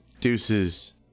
Deuces